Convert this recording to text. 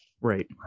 Right